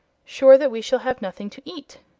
sure that we shall have nothing to eat.